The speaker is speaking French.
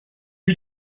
lui